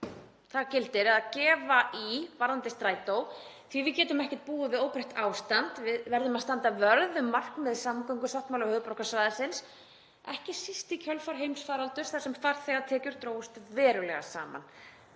Þar gildir að gefa í varðandi Strætó því að við getum ekki búið við óbreytt ástand. Við verðum að standa vörð um markmið samgöngusáttmála höfuðborgarsvæðisins, ekki síst í kjölfar heimsfaraldurs þar sem farþegatekjur drógust verulega saman